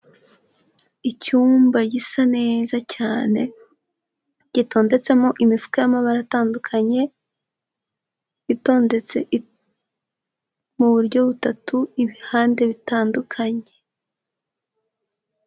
Icyumba gisa neza cyane, gitondetsemo imifuka y'amabara atandukanye. Itondetse mu buryo butatu, ibihande bitandukanye.